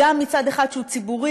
הגם שמצד אחד הוא ציבורי,